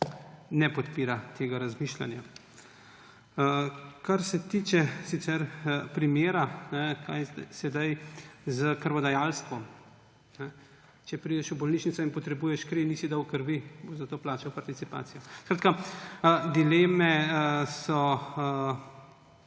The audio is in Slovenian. ne podpira tega razmišljanja. Kar se tiče tega, kaj sedaj s krvodajalstvom. Če prideš v bolnišnico in potrebuješ kri in nisi dal krvi − ali boš zato plačal participacijo? Dileme so